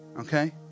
okay